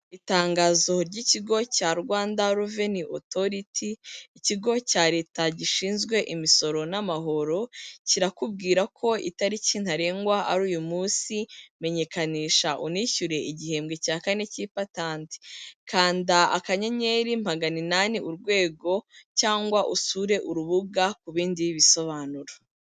Itangazo ry'ikigo cya Rwanda Revenue Authority, ikigo cya leta gishinzwe imisoro n'amahoro, kirakubwira ko itariki ntarengwa ari uyu munsi, menyekanisha, unishyure, igihembwe cya kane cy'ipatanti, kanda akanyeri, magana inani, urwego, cyangwa usure urubuga ku bindi bisobanuro.